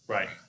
Right